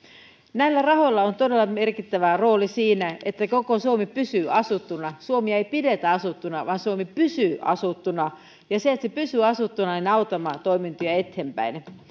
näillä rahoilla on todella merkittävä rooli siinä että koko suomi pysyy asuttuna suomea ei pidetä asuttuna vaan suomi pysyy asuttuna ja jotta se pysyy asuttuna autamme toimintoja eteenpäin